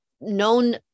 known